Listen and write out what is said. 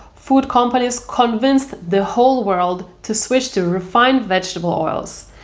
food companies convinced the whole world to switch to refined vegetable oils.